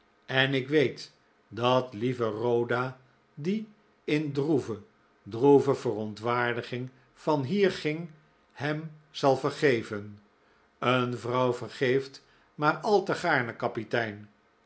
en ik weet dat lieve rhoda die in droeve droeve verontwaardiging van hier ging hem zal vergeven een vrouw vergeeft maar al te gaarne kapitein